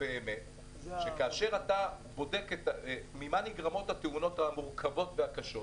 כאשר אתה בודק ממה נגרמות התאונות המורכבות והקשות,